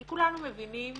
כי כולנו מבינים